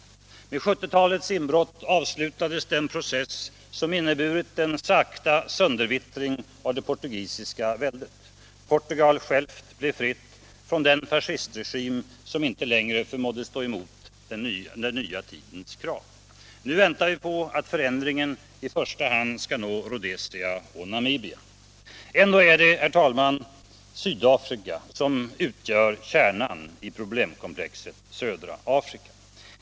Med 1970-talets inbrott avslutades den process som inneburit en långsam söndervittring av det portugisiska väldet. Portugal självt blev fritt från den fascistregim som inte längre förmådde stå emot en ny tids krav. Nu väntar vi på att förändringen i första hand skall nå Rhodesia och Namibia. Ändå är det, herr talman, Sydafrika som utgör kärnan i problemkomplexet södra Afrika.